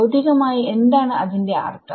ഭൌതികമായി എന്താണ് അതിന്റെ അർത്ഥം